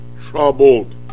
troubled